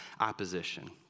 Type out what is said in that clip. opposition